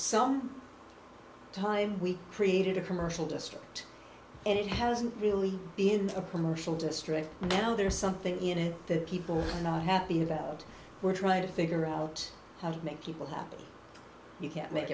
some time we've created a commercial district and it hasn't really been a commercial district now there's something in it that people are not happy about we're trying to figure out how to make people happy you can't make